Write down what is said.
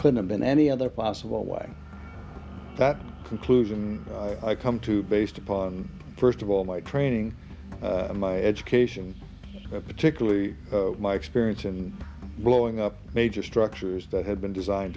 could have been any other possible way that conclusion i come to based upon first of all my training my education particularly my experience in blowing up major structures that had been designed